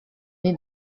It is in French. est